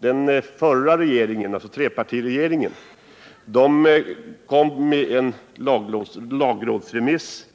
Den förra regeringen — trepartiregeringen — presenterade en lagrådsremiss